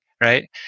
right